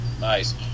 Nice